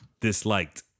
disliked